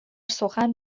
سخن